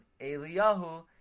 Eliyahu